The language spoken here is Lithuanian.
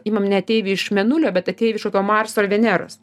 imam ne ateivį iš mėnulio bet ateivį iš kokio marso ar veneros